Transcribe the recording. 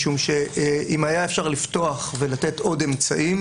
משום שאם היה אפשר לפתוח ולתת עוד אמצעים,